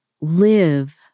live